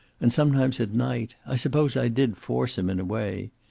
and sometimes at night i suppose i did force him, in a way.